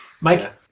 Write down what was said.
Mike